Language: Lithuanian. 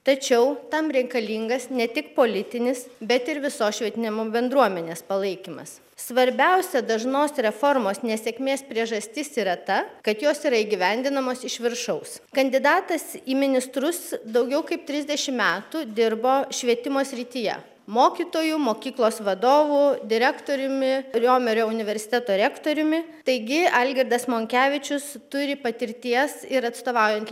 tačiau tam reikalingas ne tik politinis bet ir visos švietimo bendruomenės palaikymas svarbiausia dažnos reformos nesėkmės priežastis yra ta kad jos yra įgyvendinamos iš viršaus kandidatas į ministrus daugiau kaip trisdešim metų dirbo švietimo srityje mokytoju mokyklos vadovu direktoriumi riomerio universiteto rektoriumi taigi algirdas monkevičius turi patirties ir atstovaujant